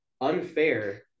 unfair